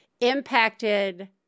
impacted